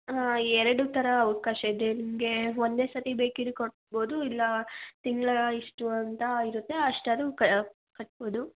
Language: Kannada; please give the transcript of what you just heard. ಎರಡೂ ಥರ ಅವಕಾಶ ಇದೆ ನಿಮ್ಗೆ ಒಂದೇ ಸರ್ತಿ ಬೇಕಿದ್ದರೆ ಕಟ್ಬೋದು ಇಲ್ಲ ತಿಂಗ್ಳು ಇಷ್ಟು ಅಂತ ಇರುತ್ತೆ ಅಷ್ಟಾದರು ಕಟ್ಬೋದು